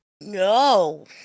No